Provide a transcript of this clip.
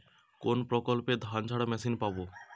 কোনপ্রকল্পে ধানঝাড়া মেশিন পাব?